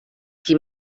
qui